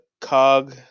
cog